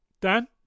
Dan